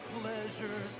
pleasures